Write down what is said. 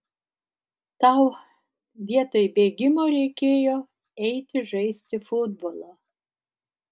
tau vietoj bėgimo reikėjo eiti žaisti futbolo